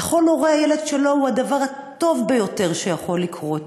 ולכל הורה הילד שלו הוא הדבר הטוב ביותר שיכול לקרות,